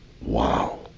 Wow